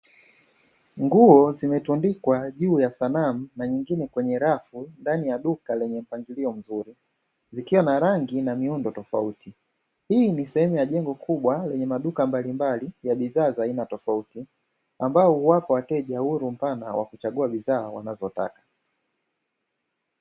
Nguo zimetundikwa juu ya sanamu na nyingine kwenye rafu ndani ya duka lenye mpangilio mzuri zikiwa na rangi na miundo tofauti, hii ni sehemu ya jengo kubwa lenye maduka mbalimbali ya bidhaa za aina tofauti ambalo huwapa wateja uhuru mpana wa kuchagua bidhaa wanazotaka.